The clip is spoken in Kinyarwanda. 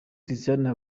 christina